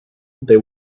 they